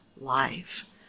life